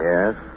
Yes